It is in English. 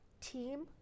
team